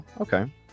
okay